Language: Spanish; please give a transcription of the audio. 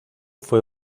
fue